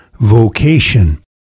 vocation